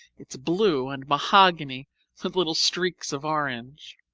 it's blue and mahogany with little streaks of orange.